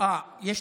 היא יושבת פה.